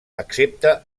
excepte